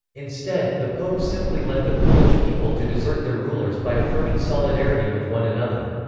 instead, the pope simply led the polish people to desert their rulers by affirming solidarity with one another.